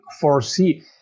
foresee